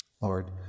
Lord